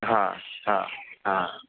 हां हां हां